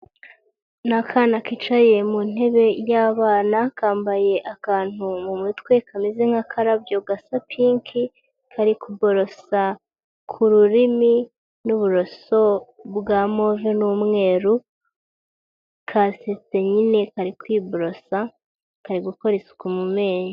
Ni akana kicaye mu ntebe y'abana, kambaye akantu mu mutwe kameze nk'akarabyo gasa pinki kari kuborosa kururimi n'uburoso bwa move n'umweru kasetse nyine kari kwiborosa kari gukora isuku mu menyo.